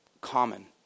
common